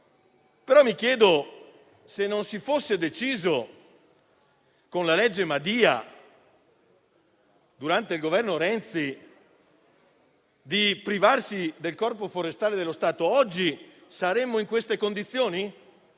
Però mi chiedo: se non si fosse deciso con la legge Madia, durante il Governo Renzi, di privarsi del Corpo forestale dello Stato, oggi saremmo in queste condizioni?